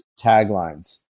taglines